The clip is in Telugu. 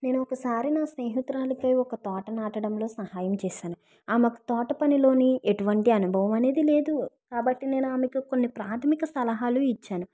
నేను ఒకసారి నా స్నేహితురాలికి ఒక తోట నాటడంలో సహాయం చేశాను ఆమెకు తోట పనిలోని ఎటువంటి అనుభవం అనేది లేదు కాబట్టి నేను ఆమెకు కొన్ని ప్రాథమిక సలహాలు ఇచ్చాను